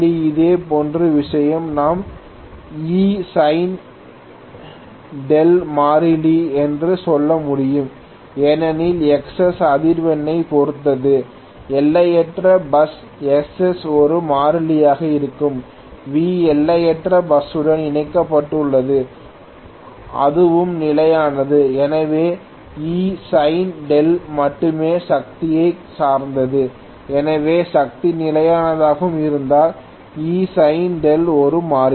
இதேபோன்ற விஷயம் நாம் Esinδ மாறிலி என்று சொல்ல முடியும் ஏனெனில் Xs அதிர்வெண்ணைப் பொறுத்தது எல்லையற்ற பஸ் Xs ஒரு மாறிலியாக இருக்கும் V எல்லையற்ற பஸ் ஸுடன் இணைக்கப்பட்டுள்ளது அதுவும் நிலையானது எனவே Esin மட்டுமே சக்தியைச் சார்ந்தது எனவே சக்தி நிலையானதாக இருந்தால் Esin ஒரு மாறிலி